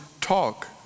talk